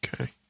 Okay